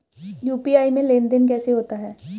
UPI में लेनदेन कैसे होता है?